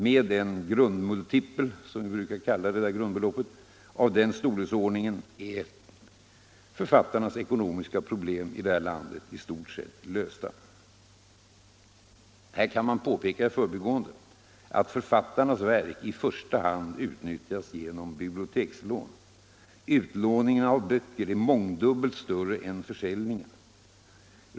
Med en grundmultipel, som vi brukar kalla grundbeloppet, av den storleksordningen är författarnas ekonomiska problem i det här landet i stort sett lösta. Här kan man påpeka i förbigående att författarnas verk i första hand utnyttjas genom bibliotekslån. Utlåningen av böcker är mångdubbelt större än försäljningen.